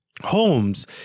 Holmes